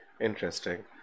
Interesting